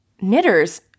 knitters